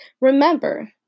Remember